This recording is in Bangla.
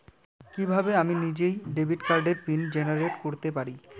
কিভাবে আমি নিজেই ডেবিট কার্ডের পিন জেনারেট করতে পারি?